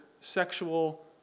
sexual